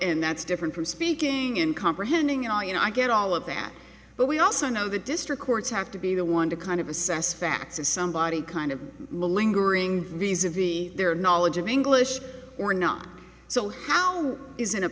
and that's different from speaking in comprehending all you know i get all of that but we also know the district courts have to be the one to kind of assess facts of somebody's kind of lingering visa v their knowledge of english or not so how is